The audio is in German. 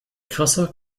krasser